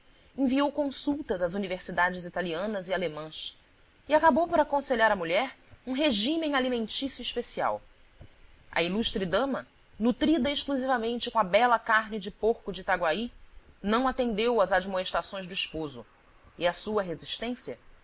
enviou consultas às universidades italianas e alemãs e acabou por aconselhar à mulher um regímen alimentício especial a ilustre dama nutrida exclusivamente com a bela carne de porco de itaguaí não atendeu às admoestações do esposo e à sua resistência